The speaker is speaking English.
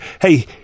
hey